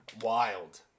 wild